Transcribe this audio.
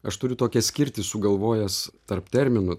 aš turiu tokią skirtį sugalvojęs tarp terminų